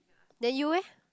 then you eh